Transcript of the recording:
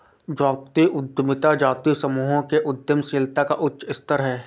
जातीय उद्यमिता जातीय समूहों के उद्यमशीलता का उच्च स्तर है